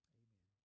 amen